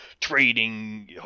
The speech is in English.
trading